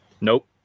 Nope